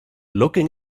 looking